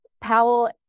powell